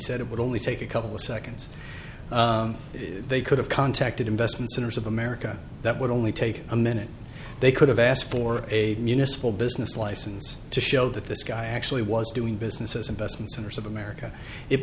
would only take a couple seconds they could have contacted investment centers of america that would only take a minute they could have asked for a municipal business license to show that this guy actually was doing business as investment centers of america it